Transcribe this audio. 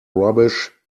rubbish